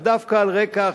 ודווקא על רקע,